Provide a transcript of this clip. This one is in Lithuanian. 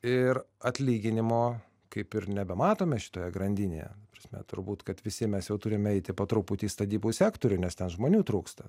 ir atlyginimo kaip ir nebematome šitoje grandinėje ta prasme turbūt kad visi mes jau turime eiti po truputį į statybų sektorių nes ten žmonių trūksta